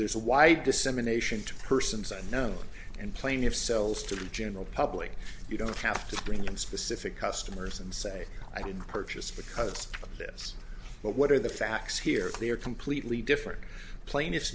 there's a wide dissemination to persons unknown and plaintiff sells to the general public you don't have to bring in specific customers and say i did purchase because of this but what are the facts here they are completely different pla